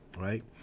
Right